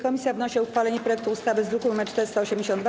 Komisja wnosi o uchwalenie projektu ustawy z druku nr 482.